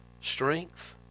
strength